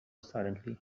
silently